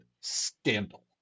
scandal